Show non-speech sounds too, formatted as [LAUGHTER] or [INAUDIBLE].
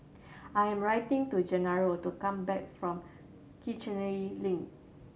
I am [UNINTELLIGIBLE] to Genaro to come back from Kiichener Link